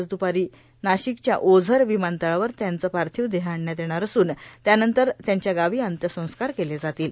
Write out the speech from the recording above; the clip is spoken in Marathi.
आज द्रपारी नाशिकच्या ओझर विमानतळावर त्यांचा पार्थिव देह आणण्यात येणार असून त्यानंतर त्यांच्या गावी अंत्यसंस्कार केले जातील